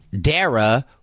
Dara